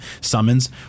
summons